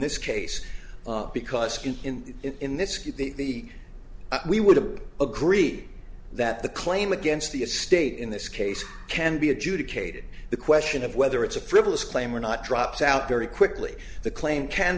this case because can in in this case the we would have agreed that the claim against the estate in this case can be adjudicated the question of whether it's a frivolous claim or not drops out very quickly the claim can